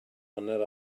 hanner